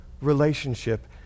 relationship